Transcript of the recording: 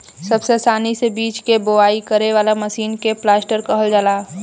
सबसे आसानी से बीज के बोआई करे वाला मशीन के प्लांटर कहल जाला